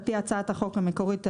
לפי הצעת החוק המקורית,